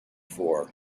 for